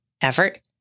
effort